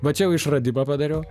va čia jau išradimą padariau